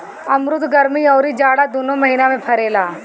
अमरुद गरमी अउरी जाड़ा दूनो महिना में फरेला